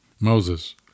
moses